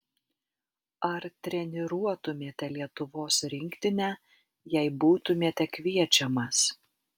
ar treniruotumėte lietuvos rinktinę jei būtumėte kviečiamas